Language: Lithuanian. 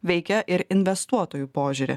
veikia ir investuotojų požiūrį